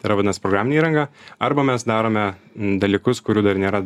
tai yra vadinas programinė įranga arba mes darome dalykus kurių dar nėra